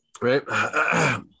right